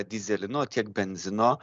dyzelino tiek benzino